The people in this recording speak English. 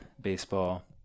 baseball